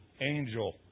angel